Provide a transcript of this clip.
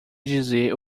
dizer